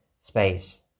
space